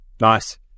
nice